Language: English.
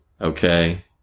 okay